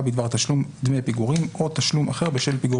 בדבר תשלום דמי פיגורים או תשלום אחר בשל פיגור